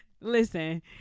Listen